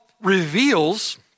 reveals